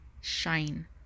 shine